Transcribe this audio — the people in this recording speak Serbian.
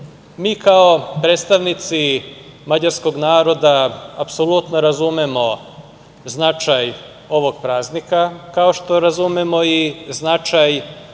kao predstavnici mađarskog naroda apsolutno razumemo značaj ovog praznika, kao što razumemo i značaj